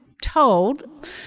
told